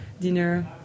dinner